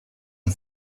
and